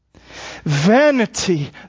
Vanity